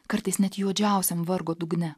kartais net juodžiausiam vargo dugne